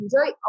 enjoy